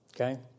Okay